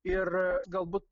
ir galbūt